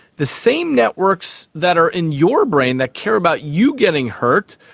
the same networks that are in your brain, that care about you getting hurt,